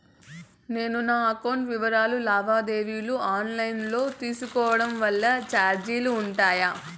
నేను నా అకౌంట్ వివరాలు లావాదేవీలు ఆన్ లైను లో తీసుకోవడం వల్ల చార్జీలు ఉంటాయా?